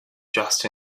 just